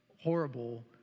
horrible